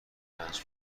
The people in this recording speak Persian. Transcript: پنج